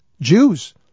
Jews